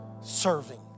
serving